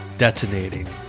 detonating